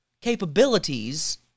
capabilities